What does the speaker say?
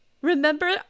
remember